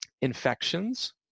Infections